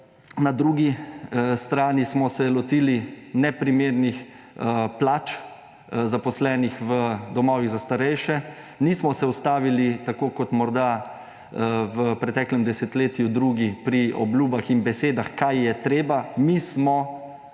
Na drugi strani smo se lotili neprimernih plač zaposlenih v domovih za starejše. Nismo se ustavili – tako kot morda v preteklem desetletju drugi – pri obljubah in besedah, kaj je treba. Mi smo